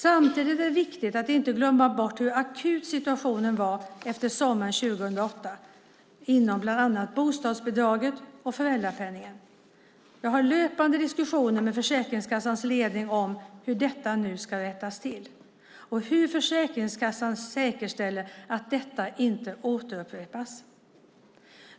Samtidigt är det viktigt att inte glömma bort hur akut situationen var efter sommaren 2008 inom bland annat bostadsbidraget och föräldrapenningen. Jag har löpande diskussioner med Försäkringskassans ledning om hur detta nu ska rättas till och hur Försäkringskassan säkerställer att det inte upprepas.